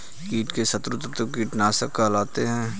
कीट के शत्रु तत्व कीटनाशक कहलाते हैं